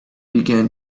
began